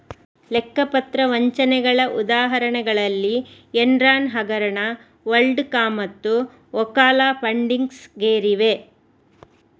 ಲೆಕ್ಕ ಪತ್ರ ವಂಚನೆಗಳ ಉದಾಹರಣೆಗಳಲ್ಲಿ ಎನ್ರಾನ್ ಹಗರಣ, ವರ್ಲ್ಡ್ ಕಾಮ್ಮತ್ತು ಓಕಾಲಾ ಫಂಡಿಂಗ್ಸ್ ಗೇರಿವೆ